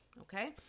Okay